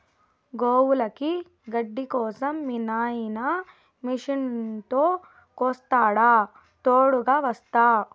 గోవులకి గడ్డి కోసం మీ నాయిన మిషనుతో కోస్తాడా తోడుగ వస్తా